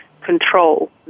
control